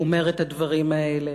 אומר את הדברים האלה,